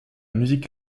musique